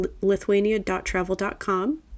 lithuania.travel.com